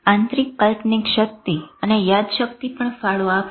આંતરિક કાલ્પનિક શક્તિ અને યાદશક્તિ પણ ફાળો આપશે